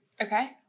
Okay